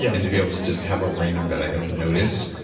yeah and to be able to just have a ring that i don't notice,